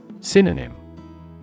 Synonym